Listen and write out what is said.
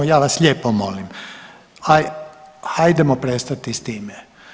Ja vas lijepo molim, hajdemo prestati s time.